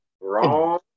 Wrong